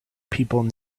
people